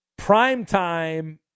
primetime –